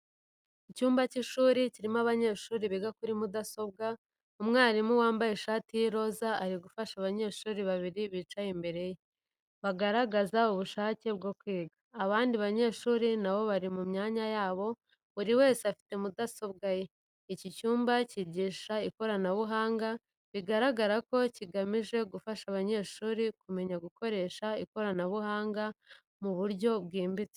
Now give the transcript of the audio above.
Icyumba cy’ishuri kirimo abanyeshuri biga kuri mudasobwa. Umwarimu wambaye ishati y’iroza ari gufasha abanyeshuri babiri bicaye imbere ye, bagaragaza ubushake bwo kwiga. Abandi banyeshuri nabo bari mu myanya yabo, buri wese afite mudasobwa ye. Iki cyumba cyigisha ikoranabuhanga, bigaragara ko kigamije gufasha abanyeshuri kumenya gukoresha ikoranabuhanga mu buryo bwimbitse.